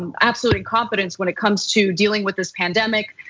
um absolute incompetence when it comes to dealing with this pandemic.